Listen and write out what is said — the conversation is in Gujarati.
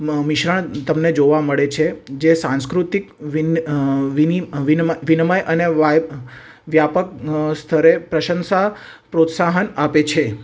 મિશ્રણ તમને જોવા મળે છે જે સાંસ્કૃતિક વિન વિની વિનિમય અને વ્યાય વ્યાપક સ્તરે પ્રશંસા પ્રોત્સાહન આપે છે